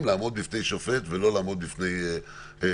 לעמוד בפני שופט ולא לעמוד בפני מצלמות.